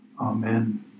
Amen